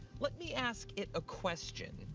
let me ask it a question.